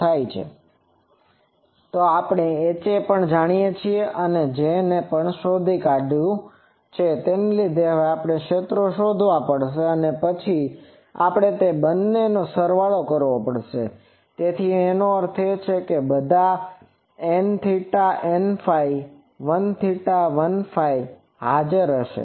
તો Ha આપણે જાણીએ છીએ અને J ને શોધી કાઢવુ પડશે આને લીધે આપણે ક્ષેત્રો શોધવા પડશે અને પછી આપણે તે બંનેનો સરવાળો કરવો પડશે એનો અર્થ એ છે કે તે બધા nθ nφ lθ lφ હાજર હશે